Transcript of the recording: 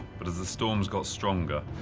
but as the storms got stronger,